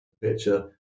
picture